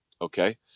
Okay